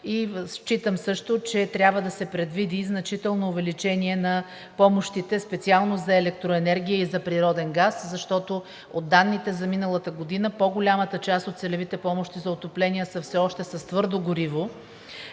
Считам също, че трябва да се предвиди и значително увеличение на помощите специално за електроенергия и за природен газ, защото от данните за миналата година по-голямата част от целевите помощи за отопление са все още за твърдо гориво